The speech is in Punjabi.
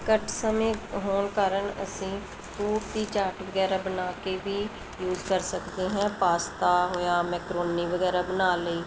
ਘੱਟ ਸਮੇਂ ਹੋਣ ਕਾਰਨ ਅਸੀਂ ਫਰੂਟ ਦੀ ਚਾਟ ਵਗੈਰਾ ਬਣਾ ਕੇ ਵੀ ਯੂਸ ਕਰ ਸਕਦੇ ਹਾਂ ਪਾਸਤਾ ਹੋਇਆ ਮੈਕਰੋਨੀ ਵਗੈਰਾ ਬਣਾ ਲਈ